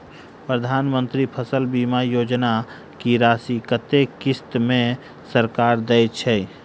प्रधानमंत्री फसल बीमा योजना की राशि कत्ते किस्त मे सरकार देय छै?